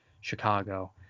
Chicago